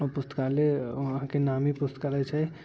ओ पुस्तकालय अहाँके नामी पुस्तकालय छै